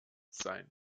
sein